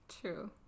True